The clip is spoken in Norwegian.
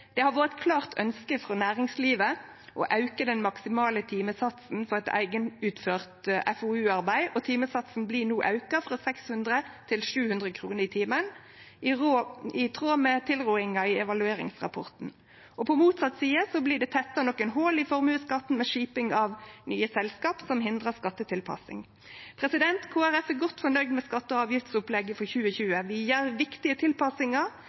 Det har vore eit klart ønske frå næringslivet å auke den maksimale timesatsen for eit eigenutført FoU-arbeid, og timesatsen blir no auka frå 600 til 700 kr i timen, i tråd med tilrådinga i evalueringsrapporten. På motsett side blir det tetta nokre hòl i formuesskatten med skiping av nye selskap som hindrar skattetilpassing. Kristeleg Folkeparti er godt fornøgde med skatte- og avgiftsopplegget for 2020. Vi gjer viktige tilpassingar